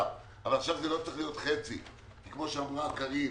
אבל זה לא צריך להיות חצי כי כמו שאמרה קארין,